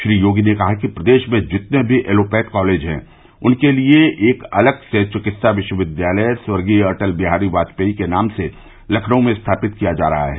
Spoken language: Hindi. श्री योगी ने कहा कि प्रदेश में जितने भी एलोपैथ कॉलेज है उनके लिये एक अलग से चिकित्सा विश्वविद्यालय स्वर्गीय अटल विहारी वाजपेई के नाम से लखनऊ में स्थापित किया जा रहा है